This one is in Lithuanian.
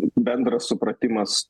bendras supratimas